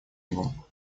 его